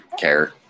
care